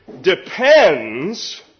depends